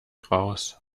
raus